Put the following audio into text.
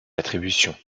attributions